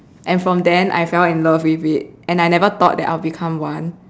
and from then I fell in love with it and I never thought that I'll become one